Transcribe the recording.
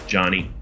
Johnny